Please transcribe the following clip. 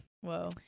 Whoa